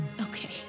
Okay